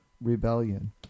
rebellion